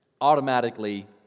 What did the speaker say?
automatically